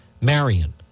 Marion